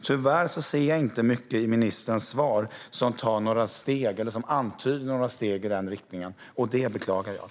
Tyvärr ser jag inte mycket i ministerns svar som antyder några steg i den riktningen, och det beklagar jag.